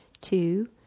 two